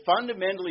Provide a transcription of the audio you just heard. fundamentally